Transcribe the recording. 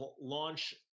launch